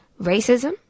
racism